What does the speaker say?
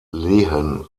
lehen